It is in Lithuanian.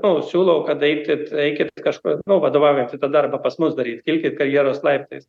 nu siūlau kad eikit eikit kažkur nu vadovaujantį tą darbą pas mus daryt kilkit karjeros laiptais